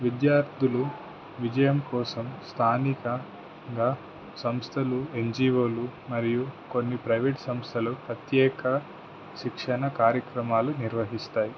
విద్యార్థులు విజయం కోసం స్థానికంగా సంస్థలు ఎన్జిఓలు మరియు కొన్ని ప్రైవేట్ సంస్థలు ప్రత్యేక శిక్షణ కార్యక్రమాలు నిర్వహిస్తాయి